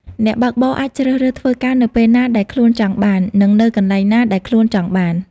អ្នកបើកបរអាចជ្រើសរើសធ្វើការនៅពេលណាដែលខ្លួនចង់បាន និងនៅកន្លែងណាដែលខ្លួនចង់បាន។